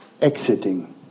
exiting